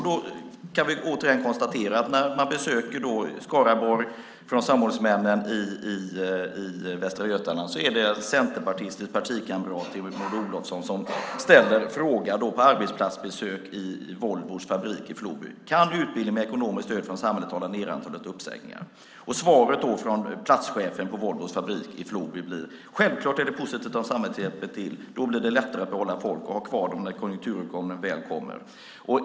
Vi kan återigen konstatera att när samordningsmännen i Västra Götaland besöker Skaraborg är det en centerpartistisk partikamrat till Maud Olofsson som ställer en fråga på ett arbetsplatsbesök i Volvos fabrik i Floby: Kan utbildning med ekonomiskt stöd från samhället hålla nere antalet uppsägningar? Svaret från platschefen på Volvos fabrik i Floby blir: Självklart är det positivt om samhället hjälper till. Då blir det lättare att behålla folk och ha dem kvar när konjunkturuppgången väl kommer.